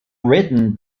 written